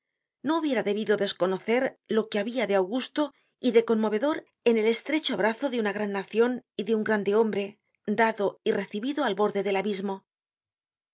no hubiera debido desconocer lo que habia de augusto y de conmovedor en el estrecho abrazo de una gran nacion y de un grande hombre dado y recibido al borde del abismo